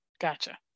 gotcha